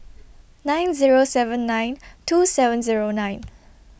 nine Zero seven nine two seven Zero nine